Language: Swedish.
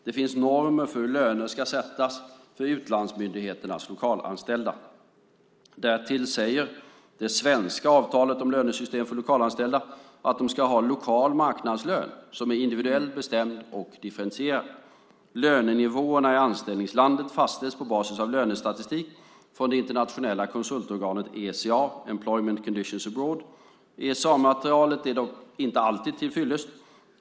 Det finns normer för hur löner ska sättas för utlandsmyndigheternas lokalanställda. Därtill säger det svenska avtalet om lönesystem för lokalanställda att de ska ha lokal marknadslön som är individuellt bestämd och differentierad. Lönenivåerna i anställningslandet fastställs på basis av lönestatistik från det internationella konsultföretaget ECA . ECA-materialet är dock inte alltid tillfyllest.